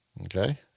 Okay